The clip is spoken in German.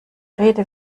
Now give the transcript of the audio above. rede